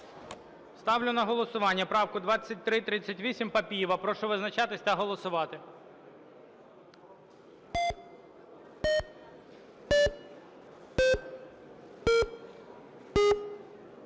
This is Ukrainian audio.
Ставлю на голосування правку 2338 Папієва. Прошу визначатись та голосувати.